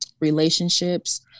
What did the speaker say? relationships